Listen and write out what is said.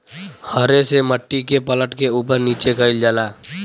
हरे से मट्टी के पलट के उपर नीचे कइल जाला